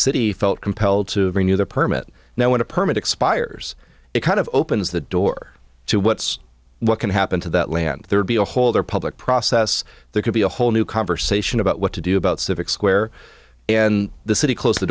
city felt compelled to renew the permit now when a permit expires it kind of opens the door to what's what can happen to that land there be a hole there public process there could be a whole new conversation about what to do about civic square and the city close the